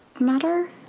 matter